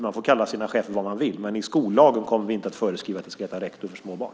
Man får kalla sina chefer vad man vill, men i skollagen kommer vi inte att föreskriva att det ska heta rektor för små barn.